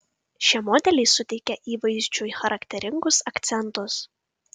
šie modeliai suteikia įvaizdžiui charakteringus akcentus